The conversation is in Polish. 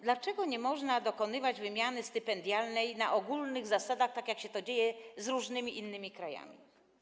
Dlaczego nie można dokonywać wymiany stypendialnej na ogólnych zasadach, tak jak się to dzieje w przypadku różnych innych krajów?